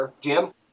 Jim